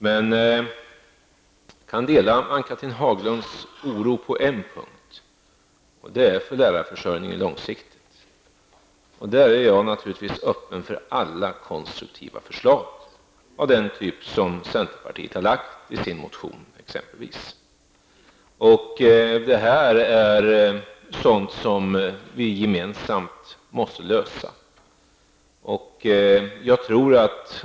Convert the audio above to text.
Jag kan dela Ann-Cathrine Haglunds oro på en punkt. Det gäller lärarförsörjningen långsiktigt. Där är jag naturligtvis öppen för alla konstruktiva förslag, exempelvis av den typ som centerpartiet har lagt fram i sin motion. Detta är ett problem som vi måste lösa gemensamt.